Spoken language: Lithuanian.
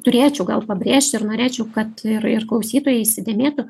turėčiau gal pabrėžti ir norėčiau kad ir ir klausytojai įsidėmėtų